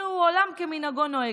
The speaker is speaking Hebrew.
כאילו עולם כמנהגו נוהג.